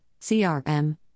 CRM